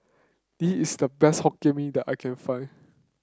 this is the best Hokkien Mee that I can find